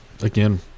again